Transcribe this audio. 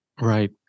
right